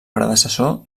predecessor